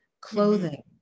clothing